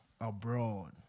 abroad